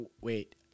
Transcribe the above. Wait